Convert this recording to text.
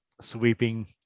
sweeping